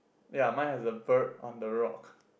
ya mine has a bird on the rock